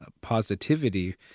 positivity